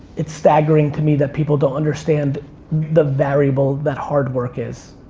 it's staggering to me that people don't understand the variable that hard work is.